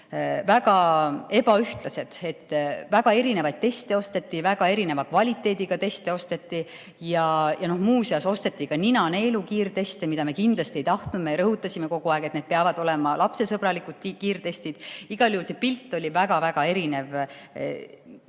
väga ebaühtlased. Väga erinevaid teste osteti, väga erineva kvaliteediga teste osteti ja muuseas osteti ka nina-neelu kiirteste, mida me kindlasti ei tahtnud. Me rõhutasime kogu aeg, et need peavad olema lapsesõbralikud kiirtestid. Igal juhul see pilt oli väga erinev ja seda